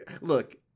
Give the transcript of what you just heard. Look